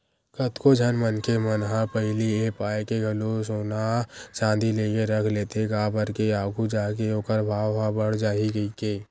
कतको झन मनखे मन ह पहिली ए पाय के घलो सोना चांदी लेके रख लेथे काबर के आघू जाके ओखर भाव ह बड़ जाही कहिके